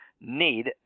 need